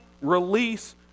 release